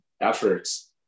efforts